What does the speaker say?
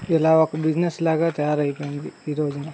ఇలా ఒక బిజినెస్ లాగా తయారైపోయింది ఈ రోజున